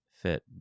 Fit